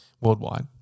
worldwide